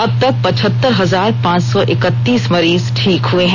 अबतक पचहत्तर हजार पांच सौ एकतीस मरीज ठीक हुए हैं